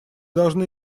должны